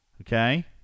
Okay